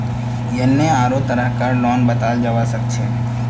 यन्ने आढ़ो तरह कार लोनक बताल जाबा सखछे